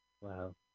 Wow